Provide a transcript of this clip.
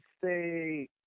say